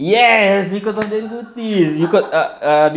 yes cause of the cuties it's cause err err